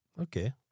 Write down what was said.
Okay